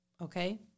okay